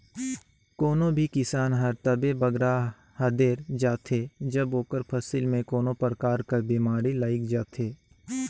कोनो भी किसान हर तबे बगरा हदेर जाथे जब ओकर फसिल में कोनो परकार कर बेमारी लइग जाथे